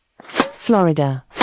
Florida